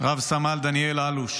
רב-סמל דניאל אלוש